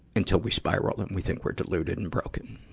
until we spiral and we think we're deluded and broken.